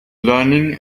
learning